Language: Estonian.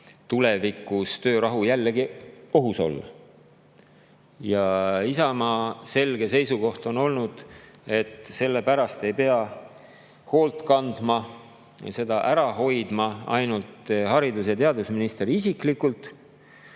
tulevikus töörahu jällegi ohus olla. Ja Isamaa selge seisukoht on olnud, et selle pärast ei pea hoolt kandma või seda ära hoidma ainult haridus- ja teadusminister isiklikult,